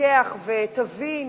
תתפכח ותבין